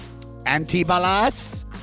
Antibalas